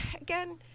again